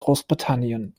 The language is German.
großbritannien